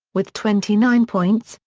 with twenty nine points,